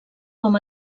com